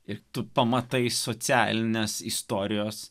ir tu pamatai socialinės istorijos